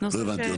לא הבנתי.